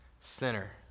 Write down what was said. Sinner